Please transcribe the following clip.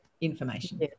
information